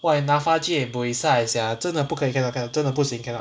!wah! and NAPFA sia 真的不可以 cannot cannot 真的不行 cannot